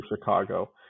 Chicago